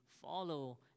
follow